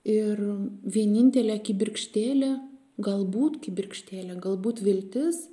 ir vienintelė kibirkštėlė galbūt kibirkštėlė galbūt viltis